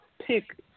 pick